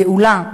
גאולה,